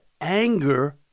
anger